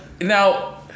now